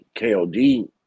KOD